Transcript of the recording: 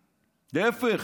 להפך,